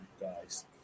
guys